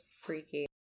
freaky